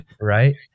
Right